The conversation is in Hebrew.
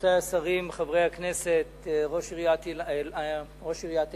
רבותי השרים, חברי הכנסת, ראש עיריית אילת,